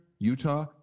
Utah